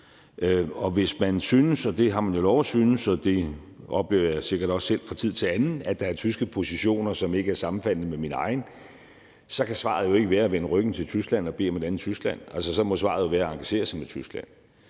Og hvis man synes – og det har man lov at synes, og det oplever jeg sikkert også selv fra tid til anden – at der er tyske positioner, som ikke er sammenfaldende med ens egne, kan svaret jo ikke være at vende ryggen til Tyskland og bede om et andet Tyskland. Altså, så må svaret jo være at engagere sig med Tyskland.